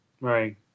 Right